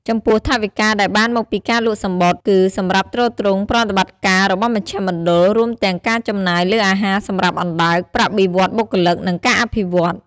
ចំពោះថវិកាដែលបានមកពីការលក់សំបុត្រគឺសម្រាប់ទ្រទ្រង់ប្រតិបត្តិការរបស់មជ្ឈមណ្ឌល រួមទាំងការចំណាយលើអាហារសម្រាប់អណ្ដើក ប្រាក់បៀវត្សបុគ្គលិក និងការអភិវឌ្ឍន៍ ។